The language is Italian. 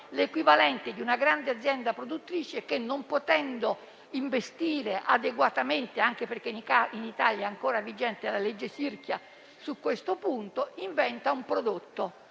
l'equivalente di una grande azienda produttrice che, non potendo investire adeguatamente - anche perché in Italia è ancora vigente la legge Sirchia su questo punto - inventa un prodotto